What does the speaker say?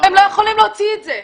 הם לא יכולים להוציא את זה.